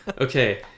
Okay